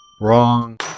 Wrong